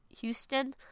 Houston